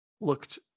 looked